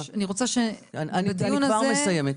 אני כבר מסיימת.